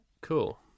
cool